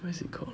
what's it called